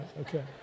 Okay